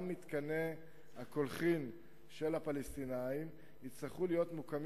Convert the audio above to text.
גם מתקני הקולחין של הפלסטינים יצטרכו להיות מוקמים